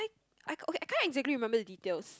I okay I can't exactly remember the details